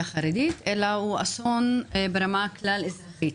החרדית אלא הוא אסון ברמה הכלל אזרחית.